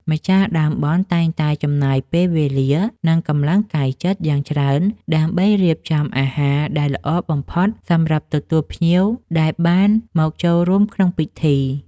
ម្ចាស់ដើមបុណ្យតែងតែចំណាយពេលវេលា និងកម្លាំងកាយចិត្តយ៉ាងច្រើន ដើម្បីរៀបចំអាហារដែលល្អបំផុតសម្រាប់ទទួលភ្ញៀវដែលបានមកចូលរួមក្នុងពិធី។